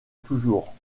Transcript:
toujours